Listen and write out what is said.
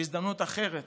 בהזדמנות אחרת